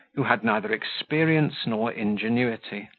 who had neither experience nor ingenuity,